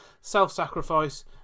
self-sacrifice